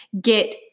get